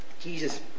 Jesus